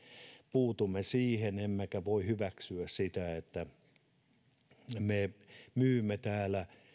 puutumme siihen emmekä voi hyväksyä sitä että me myymme täällä